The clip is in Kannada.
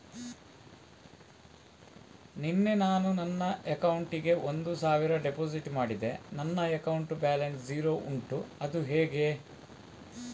ನಿನ್ನೆ ನಾನು ನನ್ನ ಅಕೌಂಟಿಗೆ ಒಂದು ಸಾವಿರ ಡೆಪೋಸಿಟ್ ಮಾಡಿದೆ ನನ್ನ ಅಕೌಂಟ್ ಬ್ಯಾಲೆನ್ಸ್ ಝೀರೋ ಉಂಟು ಅದು ಹೇಗೆ?